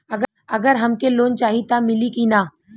अगर हमके लोन चाही त मिली की ना?